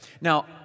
Now